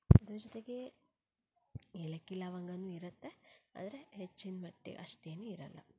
ಅದ್ರ ಜೊತೆಗೇ ಏಲಕ್ಕಿ ಲವಂಗನೂ ಇರುತ್ತೆ ಆದರೆ ಹೆಚ್ಚಿನ ಮಟ್ಟಿಗೆ ಅಷ್ಟೇನು ಇರೋಲ್ಲ